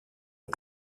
est